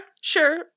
sure